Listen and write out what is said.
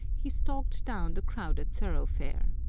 he stalked down the crowded thoroughfare.